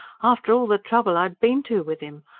after all the trouble i'd been to with him!